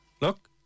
Look